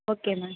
okay ma'am